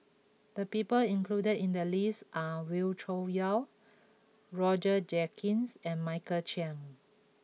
the people included in the list are Wee Cho Yaw Roger Jenkins and Michael Chiang